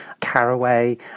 caraway